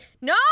No